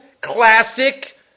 classic